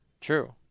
True